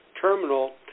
terminal